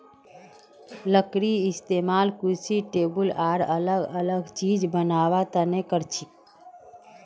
लकडीर इस्तेमाल कुर्सी टेबुल आर अलग अलग चिज बनावा तने करछी